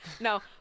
no